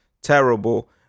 terrible